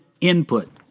input